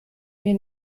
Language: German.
mir